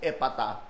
Epata